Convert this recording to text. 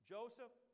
Joseph